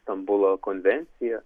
stambulo konvenciją